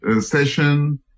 session